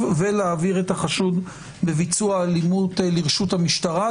ולהעביר את החשוד בביצוע האלימות לרשות המשטרה,